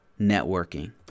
networking